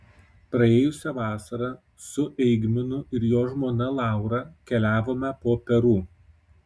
praėjusią vasarą su eigminu ir jo žmona laura keliavome po peru